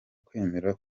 kwemera